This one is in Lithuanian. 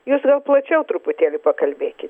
jūs gal plačiau truputėlį pakalbėki